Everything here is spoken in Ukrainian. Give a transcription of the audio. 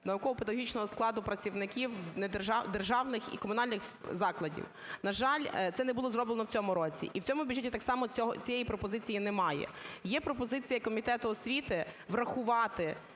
науково-педагогічного складу працівників, державних і комунальних закладів. На жаль, це не було зроблено в цьому році, і в цьому бюджеті так само цієї пропозиції немає. Є пропозиція Комітету освіти врахувати